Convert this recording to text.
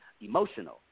emotional